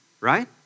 right